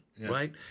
right